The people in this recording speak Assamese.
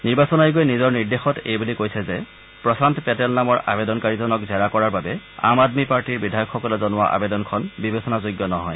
নিৰ্বাচন আয়োগে নিজৰ নিৰ্দেশত এই বুলি কৈছে যে প্ৰশান্ত পেটেল নামৰ আৱেদনকাৰীজনক জেৰা কৰাৰ বাবে আম আদমী পাৰ্টীৰ বিধায়কসকলে জনোৱা আৱেদনখন বিবেচনাযোগ্য নহয়